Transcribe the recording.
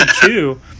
two